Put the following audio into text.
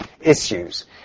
issues